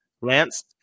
Lance